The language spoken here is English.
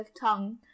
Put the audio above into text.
tongue